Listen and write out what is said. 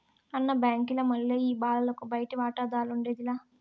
అన్న, బాంకీల మల్లె ఈ బాలలకు బయటి వాటాదార్లఉండేది లా